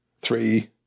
three